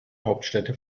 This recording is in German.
hauptstädte